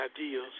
ideas